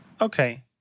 Okay